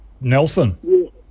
Nelson